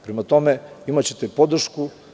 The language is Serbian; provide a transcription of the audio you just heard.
Prema tome, imaćete podršku.